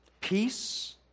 peace